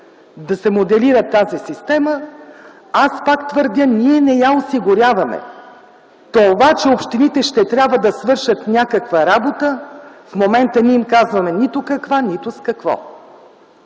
да се моделира тази система, аз пак твърдя, че ние не я осигуряваме. Това, че общините ще трябва да свършат някаква работа, в момента не им казваме нито какво, нито с какво.